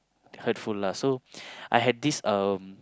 hurtful lah so I had this um